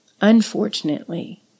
unfortunately